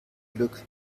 glück